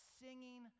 singing